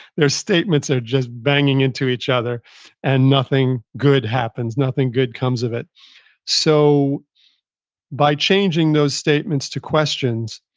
their statements are just banging into each other and nothing good happens, nothing good comes of it so by changing those statements to questions,